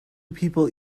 people